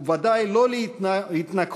ובוודאי לא להתנגחות,